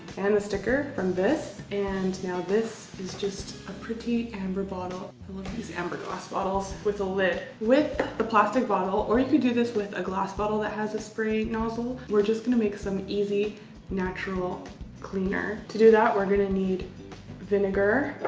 and the sticker from this and now this is just a pretty amber bottle look at these amber glass bottles with the lid with the plastic bottle or you could do this with a glass bottle that has a spray nozzle. we're just going to make some easy natural cleaner to do that we're gonna need vinegar,